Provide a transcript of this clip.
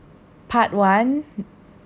part one